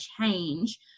change